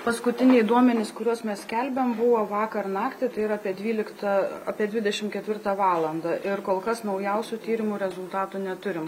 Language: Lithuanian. paskutiniai duomenys kuriuos mes skelbėm buvo vakar naktį tai yra apie dvyliktą apie dvidešim ketvirtą valandą ir kol kas naujausių tyrimų rezultatų neturim